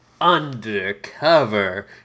undercover